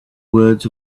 words